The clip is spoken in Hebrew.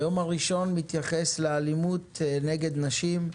הדבר הראשון שמצוין היום בכנסת הוא בהתייחס לאלימות נגד נשים,